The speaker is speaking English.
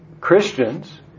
Christians